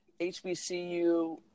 HBCU